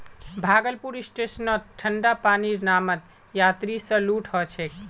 भागलपुर स्टेशनत ठंडा पानीर नामत यात्रि स लूट ह छेक